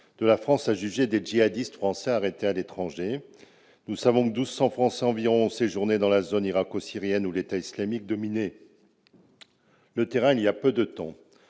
de la France à juger des djihadistes français arrêtés à l'étranger. Nous savons que 1 200 Français environ ont séjourné dans la zone irako-syrienne où l'État islamique dominait le terrain voilà peu. Nombre